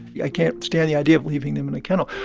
i can't stand the idea of leaving them in a kennel.